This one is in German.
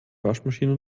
waschmaschine